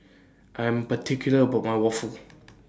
I Am particular about My Waffle